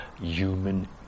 human